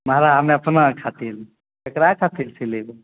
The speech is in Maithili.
महँगा हम अपना खातिर केकरा खातिर सिलेबै